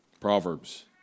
Proverbs